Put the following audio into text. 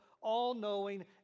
all-knowing